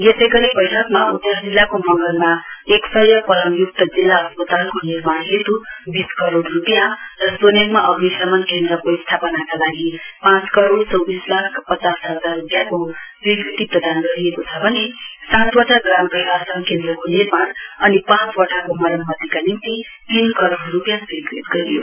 यसै गरी बैठकमा उतर जिल्लाको मंगनमा एक सय पलङयुक्त जिल्ला अस्पतालको निर्माण हेत् बीस करोड रूपियाँ र सोरेङमा अग्निशमन केन्द्रको स्थापनाका लागि पाँच करोड चौबिस लाख पचास हजार रूपियाँको स्वीकृति प्रदान गरिएको छ भने सातवटा ग्राम प्रशासन केन्द्रको निर्माण अनि पाँचवटाको मरम्मतिका निम्ति तीन करोड रूपियाँ स्वीकृति गरियो